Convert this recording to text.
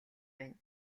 байна